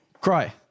Cry